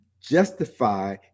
justify